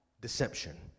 deception